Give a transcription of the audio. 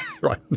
Right